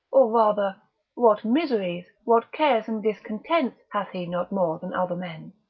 or rather what miseries, what cares and discontents hath he not more than other men?